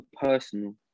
personal